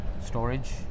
storage